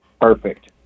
Perfect